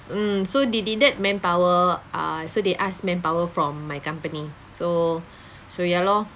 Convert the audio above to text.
mm so they needed manpower uh so they asked manpower from my company so so ya lor